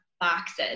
boxes